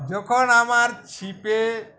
যখন আমার ছিপে